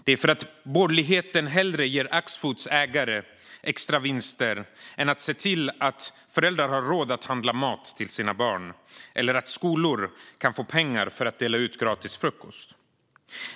Det är för att borgerligheten hellre ger Axfoods ägare extra vinster än att se till att föräldrar har råd att handla mat till sina barn eller att skolor kan få pengar för att dela ut gratis frukost.